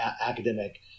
academic